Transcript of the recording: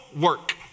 work